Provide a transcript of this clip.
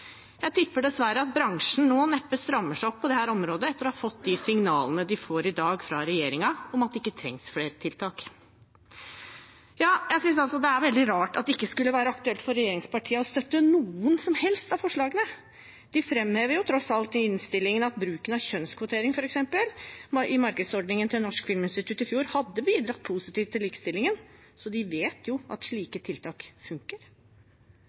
jeg synes jeg ser det. Jeg tipper dessverre at bransjen nå neppe strammer seg opp på dette området, etter å ha fått de signalene de i dag får fra regjeringen, om at det ikke trengs flere tiltak. Jeg synes det er veldig rart at det ikke skulle være aktuelt for regjeringspartiene å støtte noen som helst av forslagene. De framhever jo tross alt i innstillingen at bruken av kjønnskvotering, f.eks. i markedsordningen til Norsk filminstitutt i fjor, har bidratt positivt til likestillingen, så de vet jo at slike tiltak